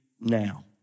now